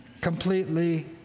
completely